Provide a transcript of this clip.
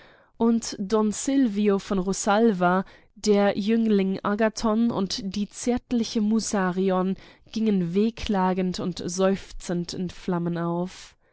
und don sylvio von rosalva der jüngling agathon und die zärtliche musarion gingen wehklagend und seufzend in flammen auf